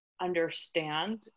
understand